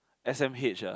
s_m_h ah